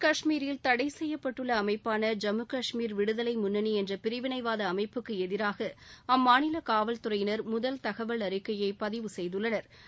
கஷ்மீரில் தடை செய்யப்பட்டுள்ள அமைப்பாள ஜம்மு கஷ்மீர் விடுதலை முன்னணி என்ற பிரிவினைவாத அமைப்புக்கு எதிராக அம்மாநில அப்பகுதி காவல்துறையினா் முதல் தகவல் அறிக்கையை பதிவு செய்துள்ளனா்